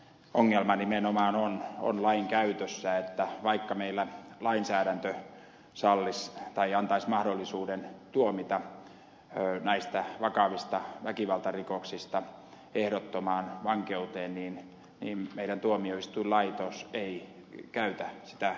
ongelma nimenomaan on lainkäytössä että vaikka meillä lainsäädäntö antaisi mahdollisuuden tuomita näistä vakavista väkivaltarikoksista ehdottomaan vankeuteen meidän tuomioistuinlaitoksemme ei käytä tätä mahdollisuutta